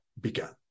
began